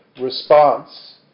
response